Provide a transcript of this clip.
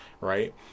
right